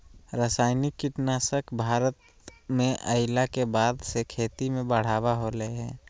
रासायनिक कीटनासक भारत में अइला के बाद से खेती में बढ़ावा होलय हें